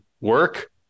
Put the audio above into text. work